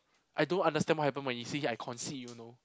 I don't understand what happen when he say I concede you know